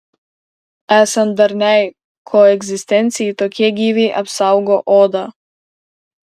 esant darniai koegzistencijai tokie gyviai apsaugo odą